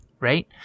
right